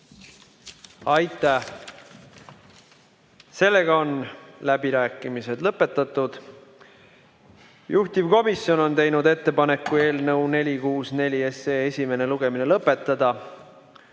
Aitäh! Sellega on läbirääkimised lõpetatud. Juhtivkomisjon on teinud ettepaneku eelnõu 464 esimene lugemine lõpetada.